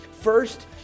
First